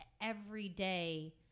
everyday